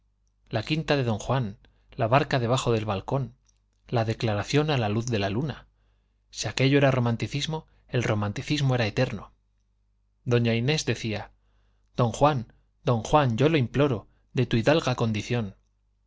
la quinta de don juan la barca debajo del balcón la declaración a la luz de la luna si aquello era romanticismo el romanticismo era eterno doña inés decía don juan don juan yo lo imploro de tu hidalga condición